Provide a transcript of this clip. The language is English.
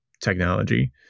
technology